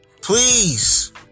please